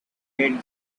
made